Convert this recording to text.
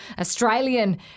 Australian